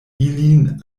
ilin